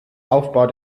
aufbau